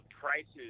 prices